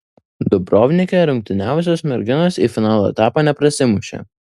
dubrovnike rungtyniavusios merginos į finalo etapą neprasimušė